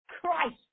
Christ